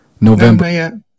November